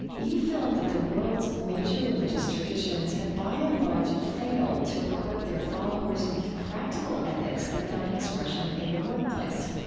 he found that the world's major religious traditions had, by and large, failed to equip their followers with practical ethics that found expression in the workplace.